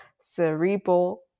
cerebral